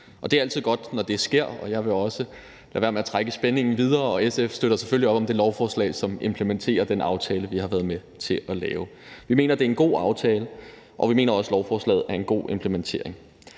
Det er altid godt, når det sker, og jeg vil også lade være med at trække spændingen videre. SF støtter selvfølgelig op om det lovforslag, som implementerer den aftale, vi har været med til at lave. Vi mener, at det er en god aftale, og vi mener også, at lovforslaget er en god implementering.